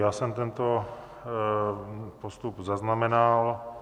Já jsem tento postup zaznamenal.